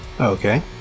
okay